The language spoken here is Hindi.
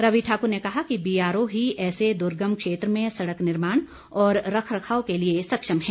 रवि ठाकुर ने कहा कि बीआरओ ही ऐसे दुर्गम क्षेत्र में सड़क निर्माण और रख रखाव के लिए सक्षम है